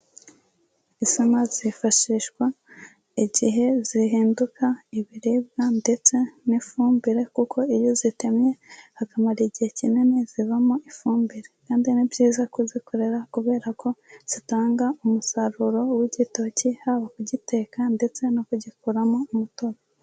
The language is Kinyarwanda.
Insina zifashishwa igihe zihinduka ibiribwa ndetse n'ifumbire, kuko iyo zitemye hakamara igihe kinini zivamo ifumbire, kandi ni byiza kuzikorera kubera ko zitanga umusaruro w'igitoki, haba kugiteka ndetse no kugikuramo umutobe.